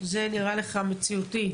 זה נראה לך מציאותי.